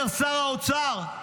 אומר שר האוצר: